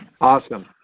Awesome